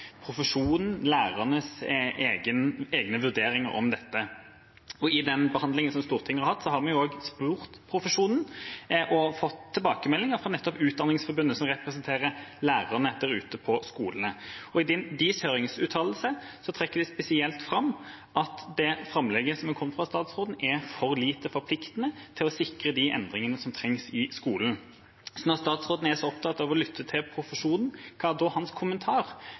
profesjonen, lærernes egne vurderinger av dette. I den behandlingen Stortinget har hatt, har vi også spurt profesjonen og fått tilbakemelding fra Utdanningsforbundet, som representerer lærerne ute på skolene. I deres høringsuttalelse trekker man spesielt fram at det framlegget som har kommet fra statsråden, er for lite forpliktende til å sikre de endringene som trengs i skolen. Så når statsråden er så opptatt av å lytte til profesjonen, hva er hans kommentar